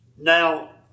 Now